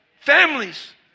Families